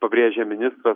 pabrėžė ministras